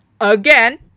again